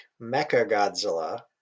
Mechagodzilla